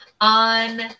On